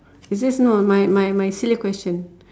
you just know my my my silly question